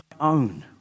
own